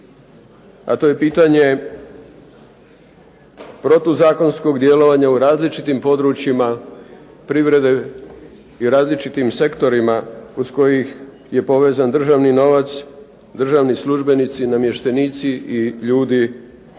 a to je pitanje protuzakonskog djelovanja u različitim područjima privrede i različitim sektorima uz kojih je povezan državni novac, državni službenici, namještenici i ljudi